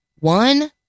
One